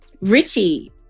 Richie